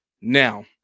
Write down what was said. Now